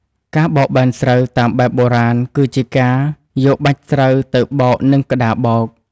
ការបោកបែនស្រូវតាមបែបបុរាណ គឺជាការយកបាច់ស្រូវទៅបោកនឹងក្តារបោក។